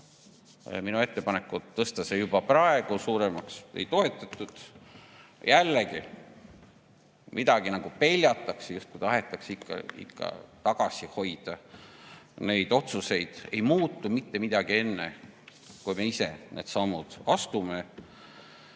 Minu ettepanekut seda juba praegu suurendada ei toetatud. Jällegi, midagi nagu peljatakse, justkui tahetakse ikka tagasi hoida neid otsuseid. Mitte midagi ei muutu enne, kui me ise need sammud astume.